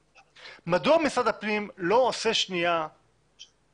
מדוע משרד הפנים לא עושה שנייה מחשבה